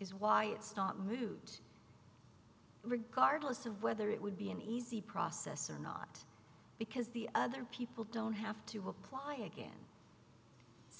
is why it's not moot regardless of whether it would be an easy process or not because the other people don't have to apply again